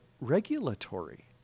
regulatory